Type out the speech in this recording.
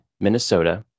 Minnesota